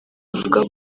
avuga